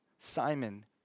Simon